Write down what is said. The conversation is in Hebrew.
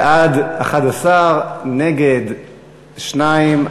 בעד, 11, נגד, 2,